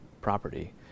property